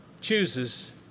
chooses